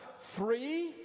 three